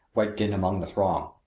wedged in among the throng.